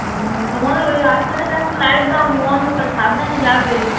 ও তোমাদের ওই রাস্তাটাতে একটু লাইট দাও নি অন্ধকার সাবধানে যাবে